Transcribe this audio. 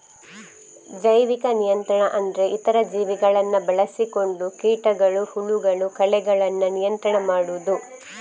ಜೈವಿಕ ನಿಯಂತ್ರಣ ಅಂದ್ರೆ ಇತರ ಜೀವಿಗಳನ್ನ ಬಳಸಿಕೊಂಡು ಕೀಟಗಳು, ಹುಳಗಳು, ಕಳೆಗಳನ್ನ ನಿಯಂತ್ರಣ ಮಾಡುದು